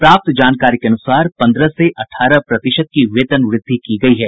प्राप्त जानकारी के अनुसार पन्द्रह से अठारह प्रतिशत की वेतन वृद्धि की गयी है